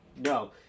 No